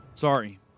Sorry